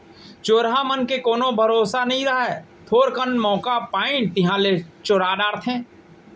चोरहा मन के कोनो भरोसा नइ रहय, थोकन मौका पाइन तिहॉं ले चोरा डारथें